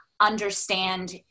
understand